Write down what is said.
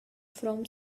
from